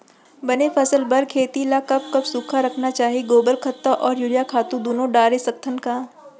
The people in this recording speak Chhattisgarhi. बने फसल बर खेती ल कब कब सूखा रखना चाही, गोबर खत्ता और यूरिया खातू दूनो डारे सकथन का?